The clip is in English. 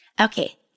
Okay